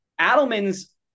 Adelman's